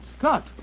cut